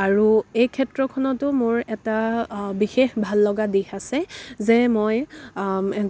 আৰু এই ক্ষেত্ৰখনতো মোৰ এটা বিশেষ ভাল লগা দিশ আছে যে মই